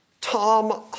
Tom